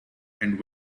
and